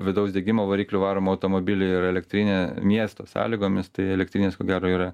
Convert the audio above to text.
vidaus degimo varikliu varomą automobilį ir elektrinę miesto sąlygomis tai elektrinės ko gero yra